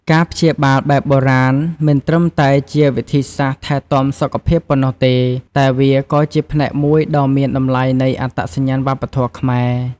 ការព្យាបាលបែបបុរាណមិនត្រឹមតែជាវិធីសាស្ត្រថែទាំសុខភាពប៉ុណ្ណោះទេ តែវាក៏ជាផ្នែកមួយដ៏មានតម្លៃនៃអត្តសញ្ញាណវប្បធម៌ខ្មែរ។